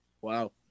Wow